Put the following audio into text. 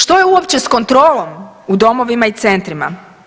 Što je uopće s kontrolom u domovima i centrima?